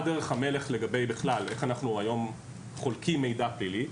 מה דרך המלך, איך אנחנו היום חולקים מידע פלילי.